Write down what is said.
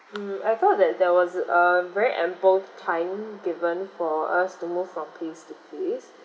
mm I thought that there was um very ample time given for us to move from place to place